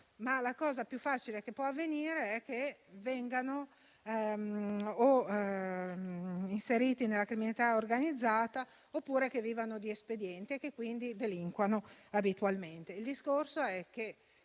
ma la cosa più facile che può avvenire è che vengano inserite nella criminalità organizzata, oppure vivano di espedienti e quindi delinquano abitualmente. Chi viene